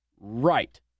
Right